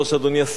אדוני השר,